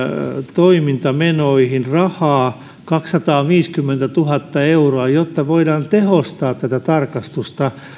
toimintamenoihin rahaa kaksisataaviisikymmentätuhatta euroa jotta voidaan tehostaa tätä tarkastusta